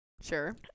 Sure